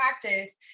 practice